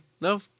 No